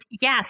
yes